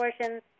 portions